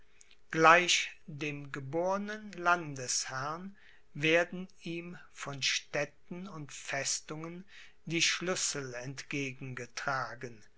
gleich dem gebornen landesherrn werden ihm von städten und festungen die schlüssel entgegen